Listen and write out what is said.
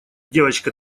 девочка